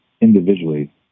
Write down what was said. individually